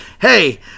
hey